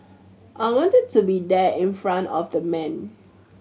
I wanted to be there in front of the man